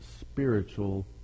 spiritual